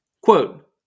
Quote